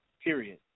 Period